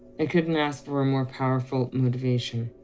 i couldn't ask for a more powerful motivation.